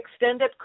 extended